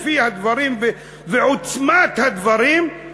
לפי הדברים ועוצמת הדברים,